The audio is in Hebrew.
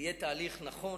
יהיה תהליך נכון